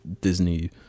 disney